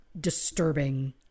disturbing